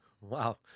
Wow